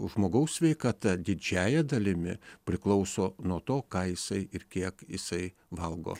žmogaus sveikata didžiąja dalimi priklauso nuo to ką jisai ir kiek jisai valgo